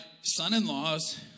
son-in-laws